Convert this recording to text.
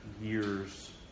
years